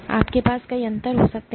आपके पास कई अंतर हो सकते हैं